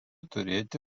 turėti